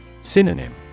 Synonym